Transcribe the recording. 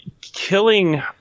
killing